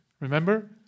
Remember